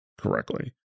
correctly